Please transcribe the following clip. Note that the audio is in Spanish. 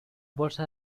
bolsa